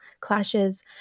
clashes